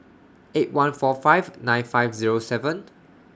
eight one four five nine five Zero seven